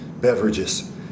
beverages